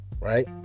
right